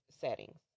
settings